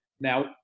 Now